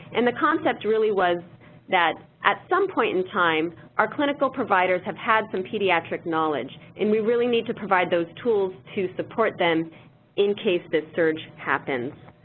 and the concept really was that at some point in time, our clinical providers have had some pediatric knowledge and we really need to provide those tools to support them in case this surge happens.